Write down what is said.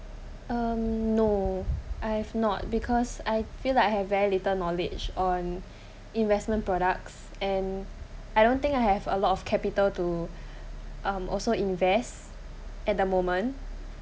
um no I have not because I feel like I have very little knowledge on investment products and I don't think I have a lot of capital to also invest at the moment